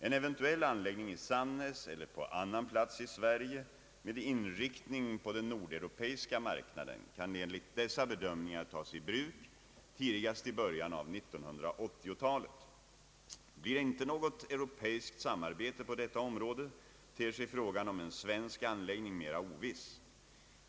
En eventuell anläggning i Sannäs eller på annan plats i Sverige, med inriktning på den nordeuropeiska marknaden, kan enligt dessa bedömningar tas i bruk tidigast i början av 1980-talet. Blir det inte något europeiskt samarbete på detta område ter sig frågan om en svensk anläggning mera oviss.